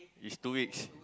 is two weeks